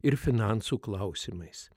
ir finansų klausimais